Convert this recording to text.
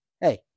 hey